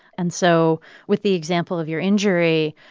and so with the example of your injury,